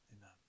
Amen